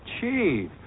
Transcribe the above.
Chief